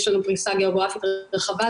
יש לנו פריסה גיאוגרפית רחבה,